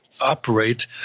operate